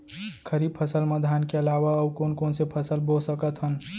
खरीफ फसल मा धान के अलावा अऊ कोन कोन से फसल बो सकत हन?